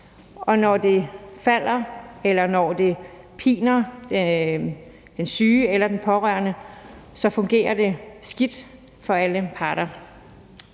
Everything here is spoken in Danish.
og når det falder, eller når det piner den syge eller den pårørende, fungerer det skidt for alle parter.